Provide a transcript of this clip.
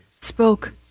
spoke